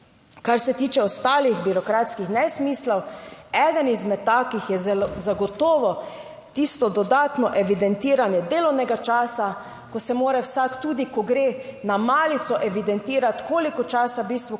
Kar se tiče ostalih birokratskih nesmislov, eden izmed takih je zagotovo tisto dodatno evidentiranje delovnega časa, ko se mora vsak, tudi ko gre na malico, evidentirati, koliko časa v bistvu